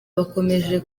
bakomeje